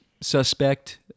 suspect